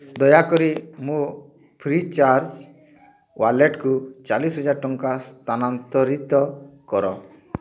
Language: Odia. ଦୟାକରି ମୋ ଫ୍ରିଚାର୍ଜ୍ ୱାଲେଟକୁ ଚାଳିଶ ହଜାର ଟଙ୍କା ସ୍ଥାନାନ୍ତରିତ କର